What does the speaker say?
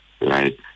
right